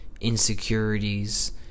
insecurities